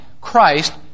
Christ